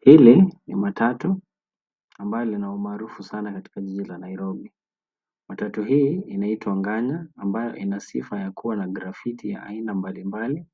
Hili ni matatu ambayo lina umaarufu sana katika jiji la Nairobi. Matatu hii inaitwa Nganya ambayo ina sifa ya kuwa na grafiti ya aina mbalimbali.